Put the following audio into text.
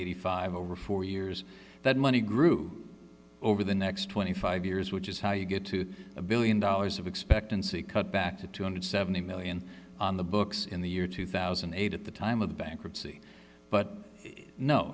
and five over four years that money grew over the next twenty five years which is how you get to a one billion dollars of expectancy cut back to two hundred and seventy million dollars on the books in the year two thousand and eight at the time of the bankruptcy but no